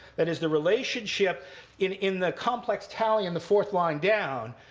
that is, the relationship in in the complex tally in the fourth line down,